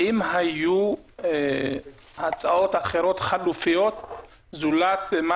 האם היו הצעות אחרות חלופיות זולת מה